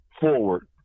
forward